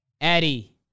Eddie